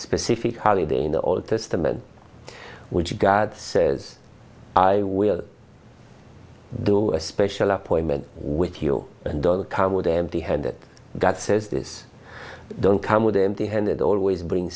specific holiday in the old testament which god says i will do a special appointment with you and don't come with empty handed that says this don't come with empty handed always bring